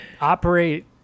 operate